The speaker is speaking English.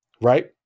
right